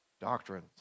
doctrines